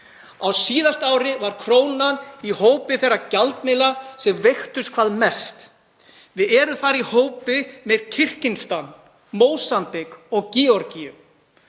Á síðasta ári var krónan í hópi þeirra gjaldmiðla sem veiktust hvað mest. Við erum þar í hópi með Kirgistan, Mósambík og Georgíu.